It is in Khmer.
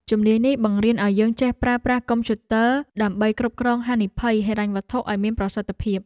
ជំនាញនេះបង្រៀនឱ្យយើងចេះប្រើប្រាស់កម្មវិធីកុំព្យូទ័រដើម្បីគ្រប់គ្រងហានិភ័យហិរញ្ញវត្ថុឱ្យមានប្រសិទ្ធភាព។